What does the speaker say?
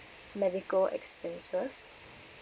medical expenses